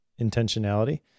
intentionality